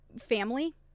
Family